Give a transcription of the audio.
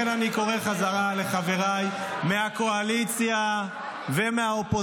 לכן אני קורא בחזרה לחבריי מהקואליציה ומהאופוזיציה,